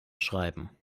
schreiben